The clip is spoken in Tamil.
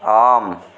ஆம்